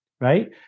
right